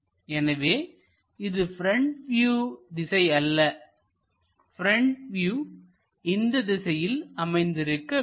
எனவே இது front view திசை அல்லப்ரெண்ட் வியூ இந்த திசையில் அமைந்திருக்க வேண்டும்